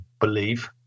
believe